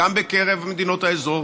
גם בקרב מדינות האזור,